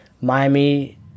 Miami